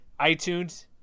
iTunes